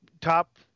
top